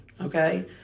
okay